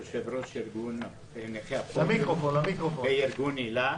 יושב-ראש ארגון נכי הפוליו וארגון איל"ה